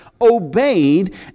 obeyed